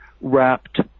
wrapped